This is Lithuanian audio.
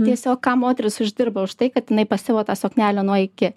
tiesiog ką moterys uždirba už tai kad jinai pasiuvo tą suknelę nuo iki